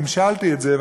המשלתי את זה,